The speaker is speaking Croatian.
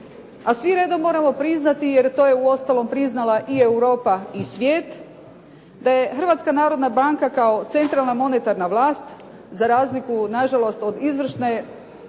A svi redom moramo priznati jer to je uostalom priznala i Europa i svijet da je Hrvatska narodna banka kao centralna monetarna vlast za razliku nažalost od izvršne